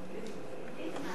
יד ושם (תיקון,